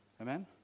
Amen